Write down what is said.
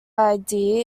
idea